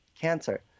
cancer